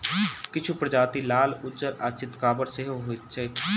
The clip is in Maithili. किछु प्रजाति लाल, उज्जर आ चितकाबर सेहो होइत छैक